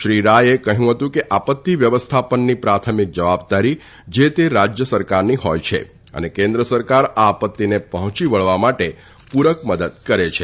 શ્રી રાયે કહયું હતું કે આપત્તી વ્યવસ્થાપનની પ્રાથમિક જવાબદારી જે તે રાજય સરકારની હોય છે અને કેન્દ્ર સરકાર આ આપત્તીને પહોંચી વળવા માટે પુરક મદદ કરે છે